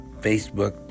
Facebook